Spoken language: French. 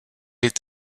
est